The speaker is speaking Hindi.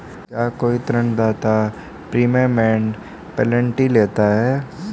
क्या कोई ऋणदाता प्रीपेमेंट पेनल्टी लेता है?